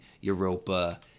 Europa